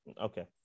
Okay